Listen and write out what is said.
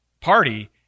party